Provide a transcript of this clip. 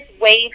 wave